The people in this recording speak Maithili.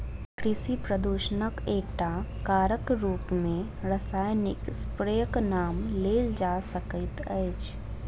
कृषि प्रदूषणक एकटा कारकक रूप मे रासायनिक स्प्रेक नाम लेल जा सकैत अछि